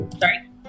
Sorry